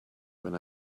when